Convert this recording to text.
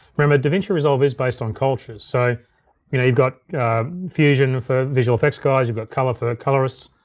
remember, davinci resolve is based on cultures, so you know you've got fusion for visual effects guys, you've got color for colorists,